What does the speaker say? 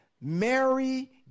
Mary